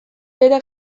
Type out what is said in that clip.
behera